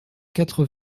quatre